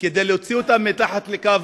כדי להוציא אותם מהעוני,